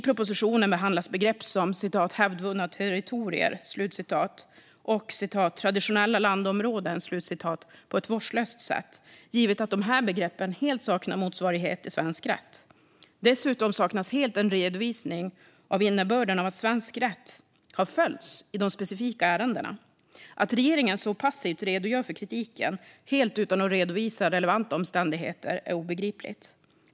I propositionen behandlas begrepp som "hävdvunna territorier" och "traditionella landområden" på ett vårdslöst sätt givet att dessa begrepp helt saknar motsvarighet i svensk rätt. Dessutom saknas helt en redovisning av innebörden av att svensk rätt har följts i de specifika ärendena. Att regeringen så passivt redogör för kritiken helt utan att redovisa relevanta omständigheter är obegripligt.